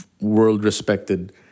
world-respected